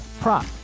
prop